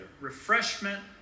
Refreshment